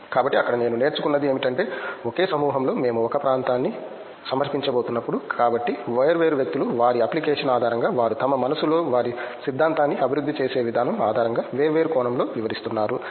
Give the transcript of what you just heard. కాబట్టి అక్కడ నేను నేర్చుకున్నది ఏమిటంటే ఒకే సమూహంలో మేము ఒక పాత్రాన్ని సమర్పించబోతున్నప్పుడు కాబట్టి వేర్వేరు వ్యక్తులు వారి అప్లికేషన్ ఆధారంగా వారు తమ మనస్సులో వారి సిద్ధాంతాన్ని అభివృద్ధి చేసే విధానం ఆధారంగా వేర్వేరు కోణంలో వివరిస్తున్నారు